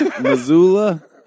Missoula